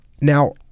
Now